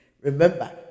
Remember